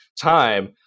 time